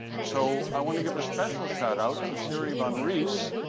so i want to give a special shout out to siri von reis,